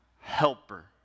Helper